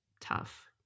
tough